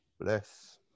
Bless